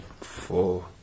four